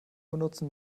benutzen